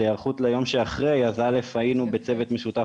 עדיין אין תקציב שמאושר,